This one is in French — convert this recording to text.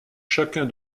chacun